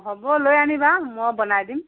হ'ব লৈ আনিবা মই বনাই দিম